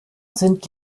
sind